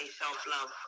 self-love